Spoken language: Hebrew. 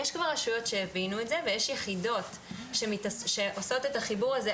יש כבר רשויות שהבינו את זה ויש יחידות שעושות את החיבור הזה,